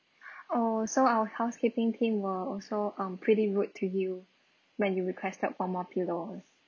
oh so our housekeeping team were also um pretty rude to you when you requested for more pillows